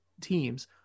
teams